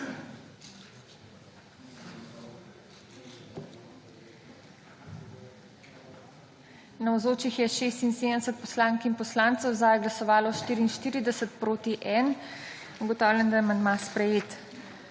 Navzočih je 74 poslank in poslancev, za je glasovalo 58, proti 9. Ugotavljam, da je dnevni red sprejet.